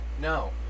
no